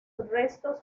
restos